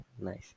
nice